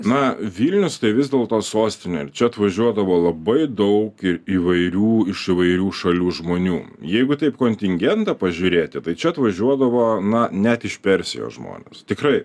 na vilnius tai vis dėlto sostinė ir čia atvažiuodavo labai daug ir įvairių iš įvairių šalių žmonių jeigu taip kontingentą pažiūrėti tai čia atvažiuodavo na net iš persijos žmonės tikrai